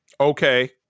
okay